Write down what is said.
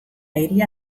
hiria